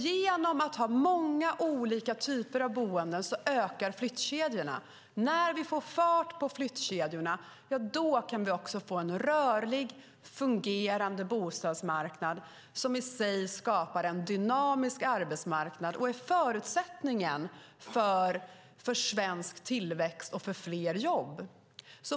Genom att vi har många ha olika typer av boenden ökar flyttkedjorna. När vi fart på flyttkedjorna kan vi också få en rörlig fungerande bostadsmarknad som i sig skapar en dynamisk arbetsmarknad och är förutsättningen för svensk tillväxt och fler jobb.